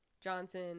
Johnson